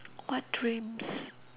what dreams